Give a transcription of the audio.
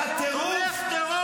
אל תחשוף את עצמך.